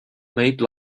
made